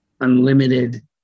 unlimited